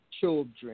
Children